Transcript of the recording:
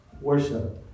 Worship